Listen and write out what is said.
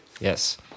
Yes